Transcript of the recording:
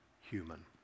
human